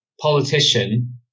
politician